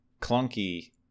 clunky